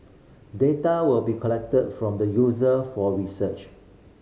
data will be collected from the user for research